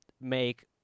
make